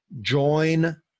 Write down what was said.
join